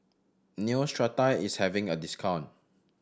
Neostrata is having a discount